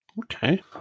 Okay